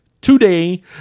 today